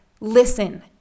listen